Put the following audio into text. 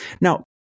Now